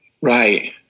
Right